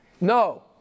No